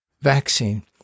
vaccine